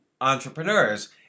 entrepreneurs